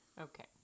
Okay